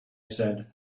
said